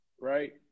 right